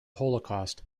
holocaust